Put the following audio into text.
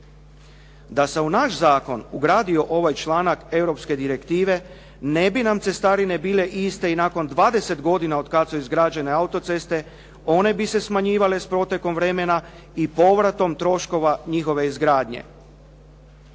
Da se u naš zakon ugradio ovaj članak europske direktive, ne bi nam cestarine bile iste i nakon 20 godina od kad su izgrađene autoceste, one bi se smanjivale s protekom vremena i povratom troškova njihove izgradnje.